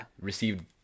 received